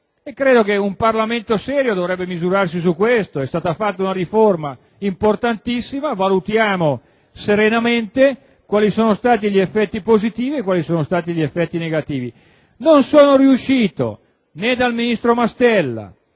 Credo che un Parlamento serio dovrebbe misurarsi su questo: è stata fatta una riforma importantissima, valutiamo serenamente quali sono stati gli effetti positivi e negativi. Non sono riuscito, né dal ministro Mastella,